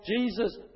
Jesus